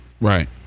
Right